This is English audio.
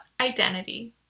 identity